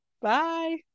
Bye